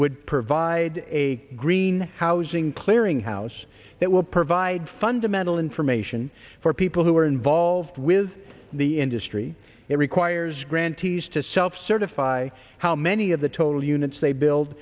would provide a green housing clearinghouse that will provide fundamental information for people who are involved with the industry it requires grantees to self certify how many of the total units they build